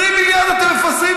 20 מיליארד אתם מפזרים,